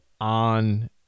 on